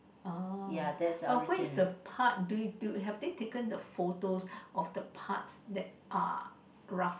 orh but where is the part do do have they taken the photos of the parts that are rust